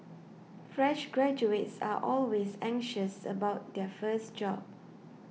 fresh graduates are always anxious about their first job